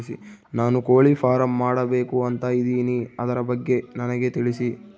ನಾನು ಕೋಳಿ ಫಾರಂ ಮಾಡಬೇಕು ಅಂತ ಇದಿನಿ ಅದರ ಬಗ್ಗೆ ನನಗೆ ತಿಳಿಸಿ?